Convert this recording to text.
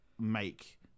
make